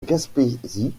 gaspésie